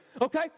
Okay